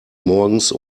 morgens